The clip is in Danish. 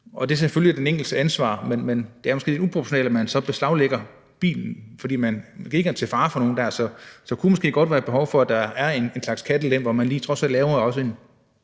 Det er selvfølgelig den enkeltes ansvar at være opmærksom, men det er måske lidt uproportionalt, at man så beslaglægger bilen, for bilisten har ikke været til fare for nogen. Så der kunne måske godt være behov for, at der var en slags kattelem, hvor man trods alt lige lavede